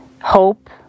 hope